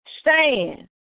Stand